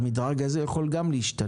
המדרג הזה יכול גם להשתנות.